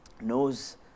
Knows